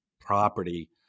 property